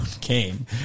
game